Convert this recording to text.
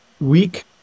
week